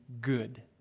good